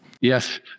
yes